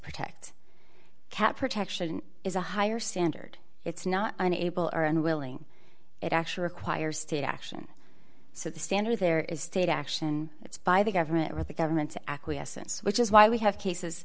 protect cat protection is a higher standard it's not unable or unwilling it actually requires state action so the standard there is state action by the government or the government to acquiescence which is why we have cases